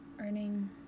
Earning